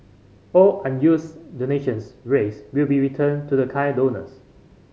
all unused donations raised will be returned to the kind donors